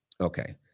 okay